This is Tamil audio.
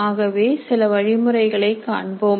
ஆகவே சில வழிமுறைகளை காண்போம்